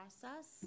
process